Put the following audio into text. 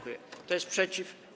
Kto jest przeciw?